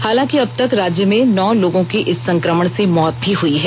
हालाकि अब तक राज्य में नौ लोगों की इस संकमण से मौत भी हई है